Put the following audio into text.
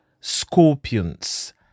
scorpions